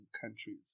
Countries